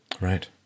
Right